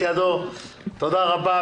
הצבעה אושר תודה רבה.